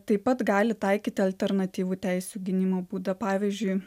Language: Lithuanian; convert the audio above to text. taip pat gali taikyti alternatyvų teisių gynimo būdą pavyzdžiui